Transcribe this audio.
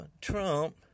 Trump